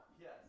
Yes